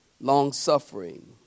long-suffering